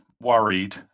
worried